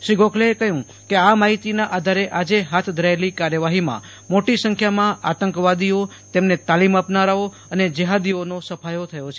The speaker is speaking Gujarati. શ્રી ગોખલેએ કહ્યું કે આ માહિતીના આધારે આજે હાથ ધરાયેલી કાર્યવાહીમાં મોટી સંખ્યામાં આતંકવાદીઓ તેમને તાલીમ આપનારાઓ અને જેહાદીઓનો સફાયો થયો છે